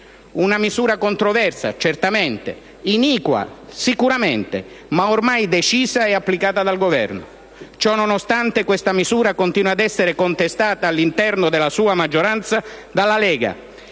una misura controversa certamente, iniqua sicuramente, ma ormai decisa e applicata dal Governo. Ciononostante, questa misura continua ad essere contestata all'interno della sua maggioranza dalla Lega